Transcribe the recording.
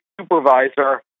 supervisor